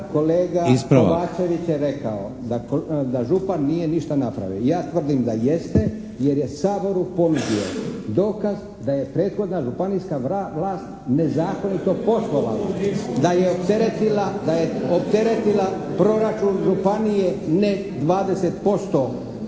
kolega Kovačević je rekao da župan nije ništa napravio. Ja tvrdim da jeste jer je Saboru ponudio dokaz da je prethodna županijska vlast nezakonito poslovala. Da je opteretila, da je opteretila proračun županije ne 20%